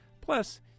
Plus